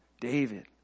david